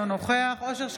אינו נוכח אושר שקלים,